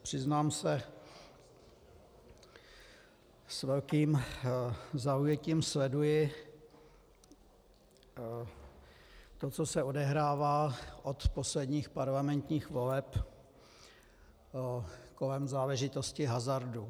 Přiznám se, s velkým zaujetím sleduji to, co se odehrává od posledních parlamentních voleb kolem záležitosti hazardu.